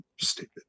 Stupid